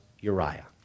Uriah